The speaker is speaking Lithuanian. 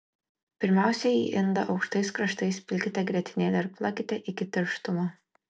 pirmiausia į indą aukštais kraštais pilkite grietinėlę ir plakite iki tirštumo